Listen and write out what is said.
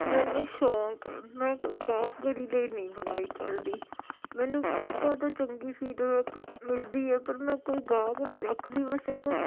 ਮੈਨੂੰ ਸ਼ੌਂਕ ਹੈ ਮੈਂ ਕੋਈ ਗਾਹਕਗਰੀ ਲਈ ਨਹੀਂ ਬੁਣਾਈ ਕਰਦੀ ਮੈਨੂੰ ਗਾਹਕਾਂ ਤੋਂ ਚੰਗੀ ਫੀਡਬੈਕ ਮਿਲਦੀ ਹੈ ਪਰ ਮੈਂ ਕੋਈ ਗਾਹਕ ਨਹੀਂ ਰੱਖਦੀ ਬਸ ਇੱਕ